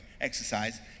exercise